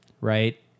right